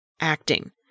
acting